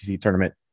tournament